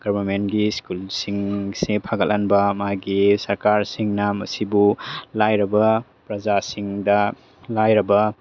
ꯒꯣꯔꯃꯦꯟꯒꯤ ꯁ꯭ꯀꯨꯜꯁꯤꯡꯁꯦ ꯐꯒꯠꯍꯟꯕ ꯃꯥꯒꯤ ꯁꯔꯀꯥꯔꯁꯤꯡꯅ ꯃꯁꯤꯕꯨ ꯂꯥꯏꯔꯕ ꯄ꯭ꯔꯖꯥꯁꯤꯡꯗ ꯂꯥꯏꯔꯕ